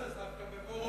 מוזס, דווקא,